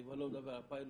אני כבר לא מדבר על פיילוט.